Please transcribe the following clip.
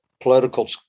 political